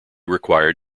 required